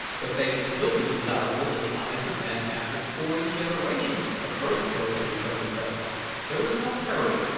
but they will still be desirable in the eyes of men after forty generations of earth folk have returned to dust there is no hurry,